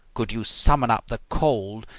could you summon up the cold,